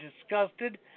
disgusted